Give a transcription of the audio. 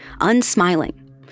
unsmiling